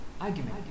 argument